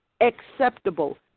acceptable